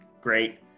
great